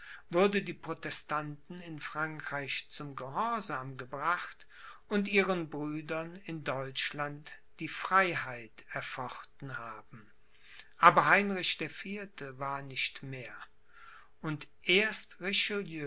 würde die protestanten in frankreich zum gehorsam gebracht und ihren brüdern in deutschland die freiheit erfochten haben aber heinrich der vierte war nicht mehr und erst